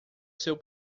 seu